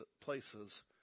places